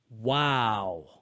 Wow